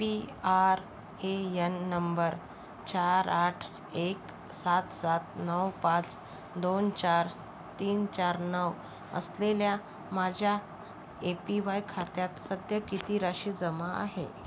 P R A N number चार आठ एक सात सात नऊ पाच दोन चार तीन चार नऊ असलेल्या माझ्या ए पी वाय खात्यात सध्या किती राशी जमा आहे